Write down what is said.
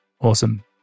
Awesome